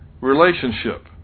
relationship